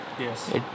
Yes